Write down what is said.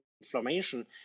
inflammation